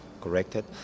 corrected